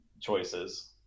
choices